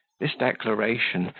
this declaration,